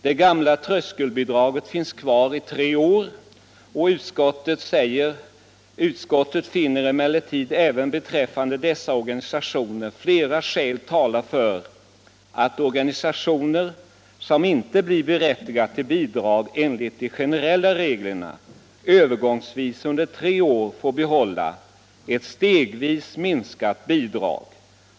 Det gamla tröskelbidraget finns kvar i tre år. Utskottet finner emellertid även beträffande dessa organisationer flera skäl tala för att organisationer som inte blir berättigade till bidrag enligt de generella reglerna övergångsvis under tre år får behålla ett stegvis minskat bidrag.